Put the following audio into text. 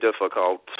difficult